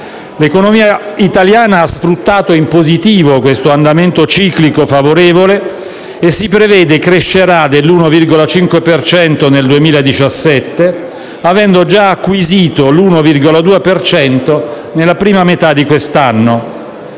L'economia italiana ha sfruttato in positivo questo andamento ciclico favorevole e si prevede crescerà dell'1,5 per cento nel 2017, avendo già acquisito 1'1,2 per cento nella prima metà di quest'anno.